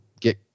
get